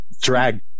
drag